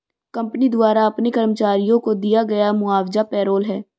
company द्वारा अपने कर्मचारियों को दिया गया मुआवजा पेरोल है